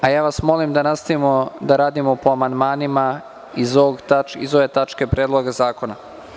Molim vas da nastavimo da radimo po amandmanima iz ove tačke Predloga zakona.